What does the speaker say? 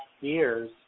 years